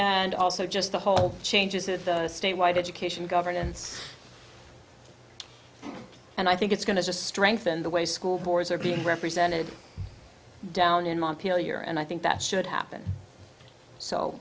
also just the whole changes at the state wide education governance and i think it's going to strengthen the way school boards are being represented down in montpellier and i think that should happen so